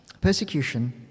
persecution